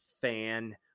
fan